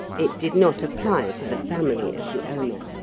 it did not apply to the family of the owner.